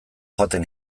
joaten